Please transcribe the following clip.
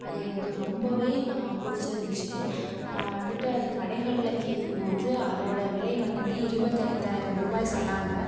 அது எனக்கு ரொம்பவே பிடிச்சிருந்துச்சி நான் வந்துட்டு அது கடைகளில் கேட்கும்போது அதோடய விலை வந்துட்டு இருபத்தைந்தாயிரம் ரூபாய் சொன்னாங்க